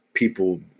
People